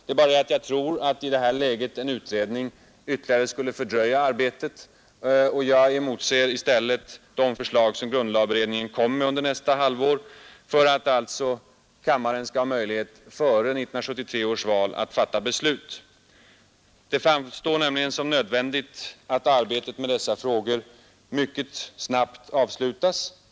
Jag tror emellertid att i det här läget en utredning ytterligare skulle fördröja arbetet, och jag emotser i stället de förslag som grundlagberedningen kommer med under nästa halvår för att alltså kammaren skall ha möjlighet att fatta beslut före 1973 års val. Det framstår som nödvändigt att arbetet med dessa frågor mycket snabbt avslutas.